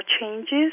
changes